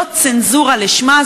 זאת צנזורה לשמה,